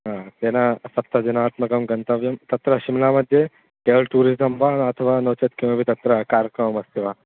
हा तेन सप्तदिनात्मकं गन्तव्यं तत्र शिम्लामध्ये गैड् टूरिसं वा अथवा नो चेत् किमपि तत्र कार्यक्रममस्ति वा